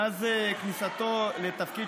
מאז כניסת שר החקלאות לתפקיד